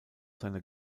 seiner